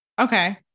Okay